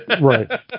Right